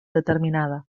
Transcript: determinada